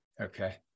Okay